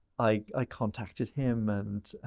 i contacted him, and,